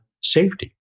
safety